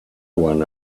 won